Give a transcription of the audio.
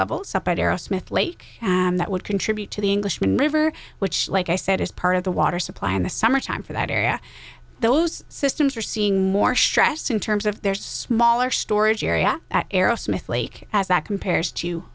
levels up at aerosmith lake and that would contribute to the englishman liver which like i said is part of the water supply in the summertime for that area those systems are seeing more stress in terms of their smaller storage area arrowsmith lake as that compares to